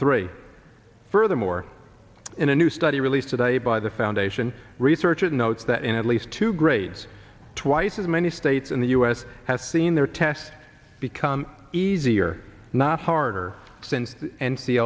three furthermore in a new study released today by the foundation researchers notes that in at least two grades twice as many states in the u s has seen their test become easier not harder since